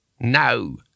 No